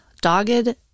dogged